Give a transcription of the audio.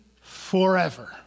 Forever